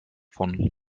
von